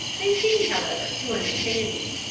they seemed, however, to understand it,